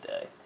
day